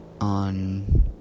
on